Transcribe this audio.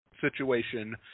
situation